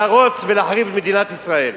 להרוס ולהחריב את מדינת ישראל.